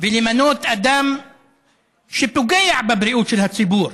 ולמנות אדם שפוגע בבריאות של הציבור